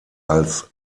als